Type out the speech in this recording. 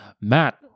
Matt